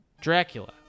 Dracula